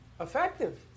effective